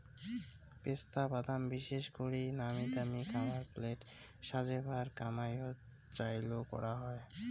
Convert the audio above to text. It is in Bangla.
পেস্তা বাদাম বিশেষ করি নামিদামি খাবার প্লেট সাজেবার কামাইয়ত চইল করাং হই